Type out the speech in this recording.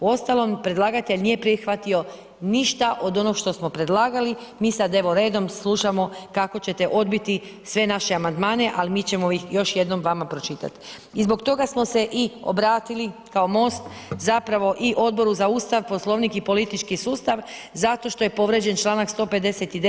Uostalom, predlagatelj nije prihvatio ništa od onog što smo predlagali, mi sad, evo redom slušamo kako ćete odbiti sve naše amandmane, ali mi ćemo ih još jednom vama pročitat i zbog toga smo se i obratili kao MOST zapravo i Odboru za ustav, poslovnik i politički sustav zato što je povrijeđen čl. 159.